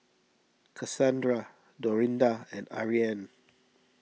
Kassandra Dorinda and Ariane